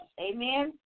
Amen